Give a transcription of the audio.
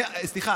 סליחה,